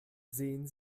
sehen